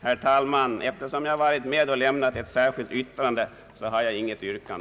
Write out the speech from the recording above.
Herr talman! Eftersom jag varit med om att lämna ett särskilt yttrande har jag inget yrkande.